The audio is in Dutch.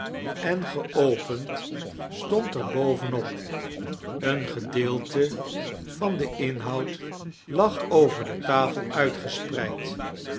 en gaopeiod stood er boven op een gedeelte van den inhoud lag over de tafel